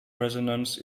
resonance